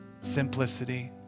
Simplicity